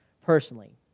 personally